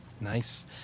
Nice